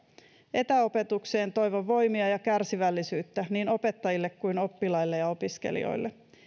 etäopetukseen toivon voimia ja kärsivällisyyttä niin opettajille kuin oppilaille ja opiskelijoille